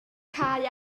cau